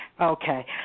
Okay